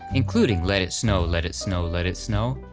including let it snow! let it snow! let it snow!